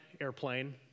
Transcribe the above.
airplane